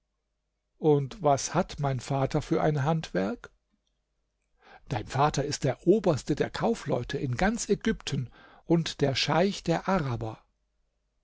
und was hat mein vater für ein handwerk dein vater ist der oberste der kaufleute in ganz ägypten und der scheich der araber